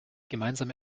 gemeinsame